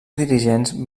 dirigents